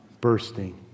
bursting